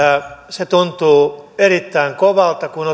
se tuntuu erittäin kovalta kun